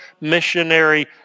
missionary